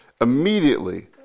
immediately